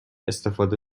استفاده